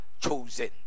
chosen